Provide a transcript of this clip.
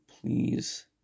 Please